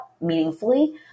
meaningfully